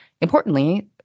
importantly